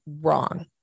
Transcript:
wrong